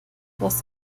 das